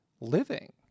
living